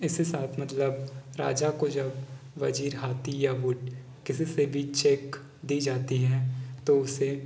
इस हिसाब मतलब राजा को जब वज़ीर हाथी या ऊंट किसी से भी चेक दी जाती है तो उसे